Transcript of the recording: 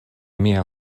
mia